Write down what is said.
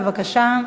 בבקשה.